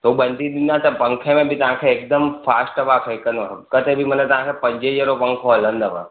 त उहो बंधी थींदा त पंखे में बि तव्हांखे हिकदमु फास्ट हवा फेकंदो किथे बि मनु तव्हांखे पंजे जहिड़ो पंखो हलंदव